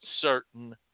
certain